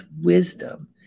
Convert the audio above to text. wisdom